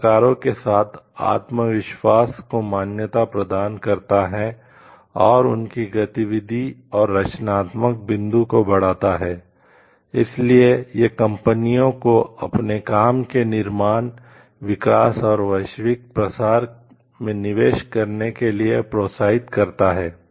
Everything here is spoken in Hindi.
कॉपीराइट को अपने काम के निर्माण विकास और वैश्विक प्रसार में निवेश करने के लिए प्रोत्साहित करता है